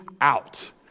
out